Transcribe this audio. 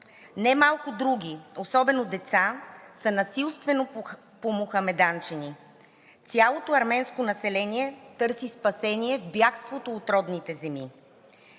немалко други, особено деца, са насилствено помохамеданчени. Цялото арменско население търси спасение в бягството от родните земи.